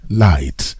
light